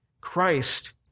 Christ